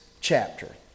chapter